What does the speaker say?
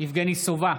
יבגני סובה,